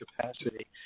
capacity